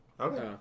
Okay